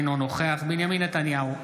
אינו נוכח בנימין נתניהו,